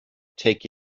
take